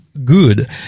good